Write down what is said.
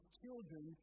children